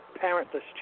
parentless